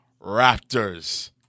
Raptors